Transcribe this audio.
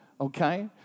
Okay